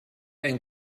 ein